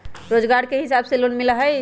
रोजगार के हिसाब से लोन मिलहई?